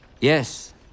Yes